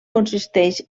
consisteix